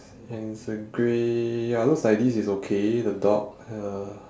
and it's a grey ya looks like this is okay the dog uh